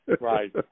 right